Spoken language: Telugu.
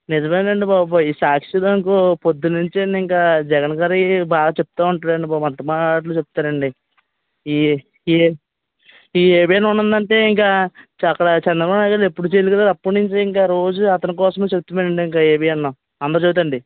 నిజమేనండి బాబు యీ సాక్షిలో అనుకో పొద్దునుంచి అండి ఇంకా జగన్గారివి బాగా చెప్తూ ఉంటాడండి బాబు అంత బాగా మాట్లు చెప్తారండి ఈ ఈ ఏబీఎన్ ఉందంటే ఇంకా అక్కడ చంద్రబాబు ఎప్పుడు అప్పడ్నుంచి ఇంకా రోజు అతని కోసమే చూస్తున్నామండి ఇంకా ఏబీఎన్ ఆంధ్రజ్యోతండి